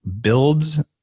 builds